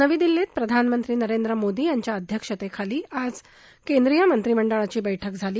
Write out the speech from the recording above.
नवी दिल्लीत प्रधानमंत्री नरेंद्र मोदी यांच्या अध्यक्षतेखाली आज केंद्रीय मंत्रिमंडळाची बैठक झाली